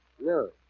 No